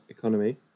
economy